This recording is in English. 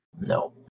No